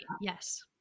Yes